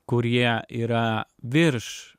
kurie yra virš